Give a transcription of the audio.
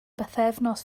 bythefnos